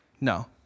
no